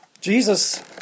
Jesus